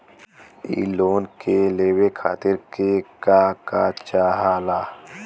इ लोन के लेवे खातीर के का का चाहा ला?